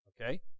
Okay